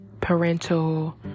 parental